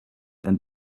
and